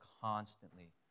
constantly